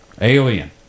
alien